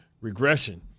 regression